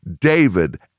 David